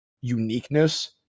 uniqueness